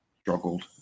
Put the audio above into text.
Struggled